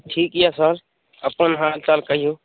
ठीक अइ सर अपन हालचाल कहिऔ